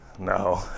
No